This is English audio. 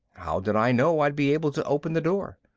how did i know i'd be able to open the door?